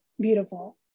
beautiful